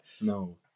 No